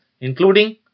including